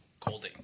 Colding